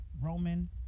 Roman